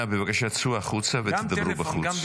פנינה, בבקשה, צאו החוצה ותדברו בחוץ.